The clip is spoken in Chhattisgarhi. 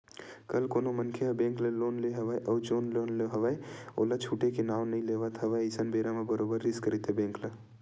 कहूँ कोनो मनखे ह बेंक ले लोन ले हवय अउ जउन लोन ले हवय ओला छूटे के नांव नइ लेवत हवय अइसन बेरा म बरोबर रिस्क रहिथे बेंक ल